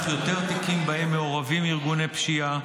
יותר תיקים שבהם מעורבים ארגוני פשיעה,